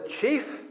chief